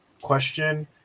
Question